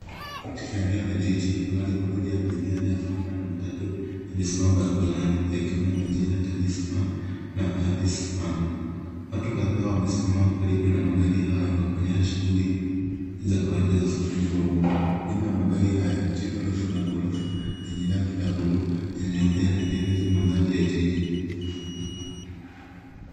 Katika eneo la jiji, magari mawili ya abiria yanayofanana na matatu yamesimama barabarani, yakiwa na majina, Talisman na Adisman. Watu kadhaa wamesimama karibu na magari hayo, wakionyesha shughuli za kawaida za usafiri wa uma. Nyuma ya magari haya, jengo refu la gorofa lenye rangi la blue na nyeupe, linatengeneza mandhari ya jiji.